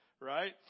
right